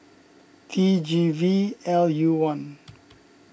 T G V L U one